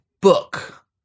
book